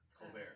Colbert